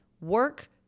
work